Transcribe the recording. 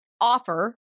offer